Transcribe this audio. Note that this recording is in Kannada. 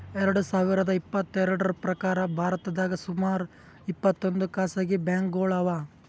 ಎರಡ ಸಾವಿರದ್ ಇಪ್ಪತ್ತೆರಡ್ರ್ ಪ್ರಕಾರ್ ಭಾರತದಾಗ್ ಸುಮಾರ್ ಇಪ್ಪತ್ತೊಂದ್ ಖಾಸಗಿ ಬ್ಯಾಂಕ್ಗೋಳು ಅವಾ